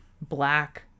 black